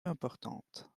importantes